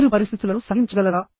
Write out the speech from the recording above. మీరు పరిస్థితులను సహించగలరా